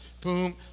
Boom